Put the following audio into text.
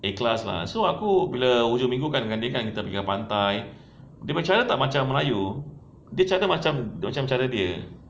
ikhlas lah so aku bila hujung minggu dengan dia kan kita pergi pantai dia punya cara bukan macam melayu dia cara macam macam cara dia